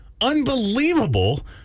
Unbelievable